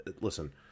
Listen